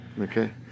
Okay